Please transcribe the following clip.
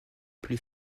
plus